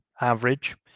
average